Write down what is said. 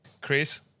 Chris